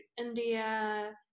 India